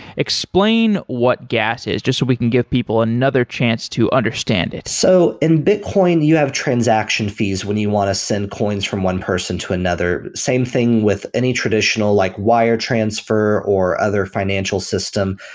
explain what gas is just so we can give people another chance to understand it. so, in bitcoin, you have transaction fees when you want to send coins from one person to another. same thing with any traditional, like wire transfer or other financial system.